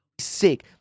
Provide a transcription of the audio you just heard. Sick